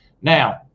Now